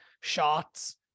shots